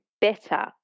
better